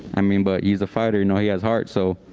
i mean, but he's a fighter know he has heart so